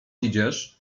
idziesz